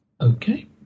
Okay